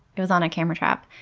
it was on a camera trap,